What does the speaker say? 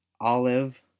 Olive